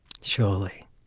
Surely